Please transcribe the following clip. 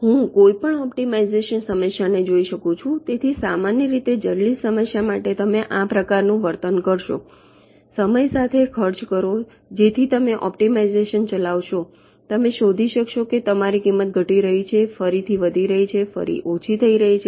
હું કોઈપણ ઓપ્ટિમાઇઝેશન સમસ્યામાં જોઈ શકું છું તેથી સામાન્ય રીતે જટિલ સમસ્યા માટે તમે આ પ્રકારનું વર્તન કરશો સમય સાથે ખર્ચ કરો જેથી તમે ઓપ્ટિમાઇઝેશન ચલાવશો તમે શોધી શકશો કે તમારી કિંમત ઘટી રહી છે ફરીથી વધી રહી છે ફરી ઓછી થઈ રહી છે